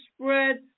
spread